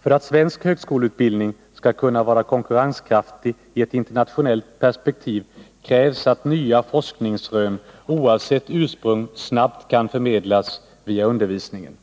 För att svensk högskoleutbildning skall kunna vara konkurrenskraftig i ett internationellt perspektiv krävs att nya forskningsrön oavsett ursprung snabbt kan förmedlas via undervisningen.